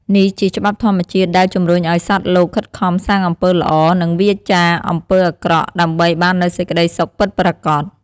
នេះជាច្បាប់ធម្មជាតិដែលជំរុញឲ្យសត្វលោកខិតខំសាងអំពើល្អ និងវៀរចាកអំពើអាក្រក់ ដើម្បីបាននូវសេចក្តីសុខពិតប្រាកដ។